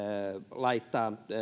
laittaa